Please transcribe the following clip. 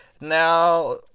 now